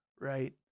right